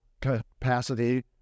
capacity